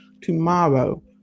tomorrow